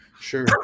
sure